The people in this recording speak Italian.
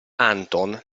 anton